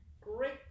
Great